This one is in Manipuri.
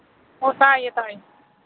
ꯑꯣ ꯇꯥꯏꯌꯦ ꯇꯥꯏꯌꯦ